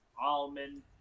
almond